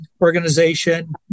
Organization